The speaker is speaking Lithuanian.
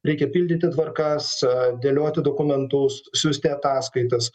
reikia pildyti tvarkas dėlioti dokumentus siųsti ataskaitas